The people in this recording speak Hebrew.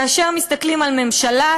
כאשר מסתכלים על הממשלה,